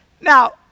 Now